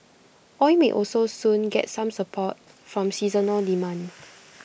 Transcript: oil may also soon get some support from seasonal demand